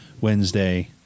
Wednesday